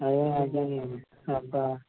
అదే అర్ధమయిందండి అసల